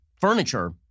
furniture